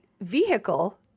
vehicle